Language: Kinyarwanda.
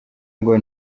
ngo